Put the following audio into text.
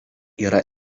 yra